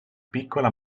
piccola